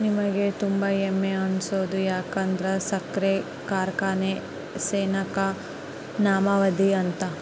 ನಮಿಗೆ ತುಂಬಾ ಹೆಮ್ಮೆ ಅನ್ಸೋದು ಯದುಕಂದ್ರ ಸಕ್ರೆ ಕಾರ್ಖಾನೆ ಸೆನೆಕ ನಾವದಿವಿ ಅಂತ